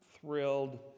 thrilled